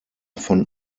von